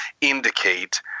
indicate